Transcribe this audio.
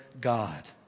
God